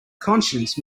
conscience